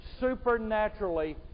supernaturally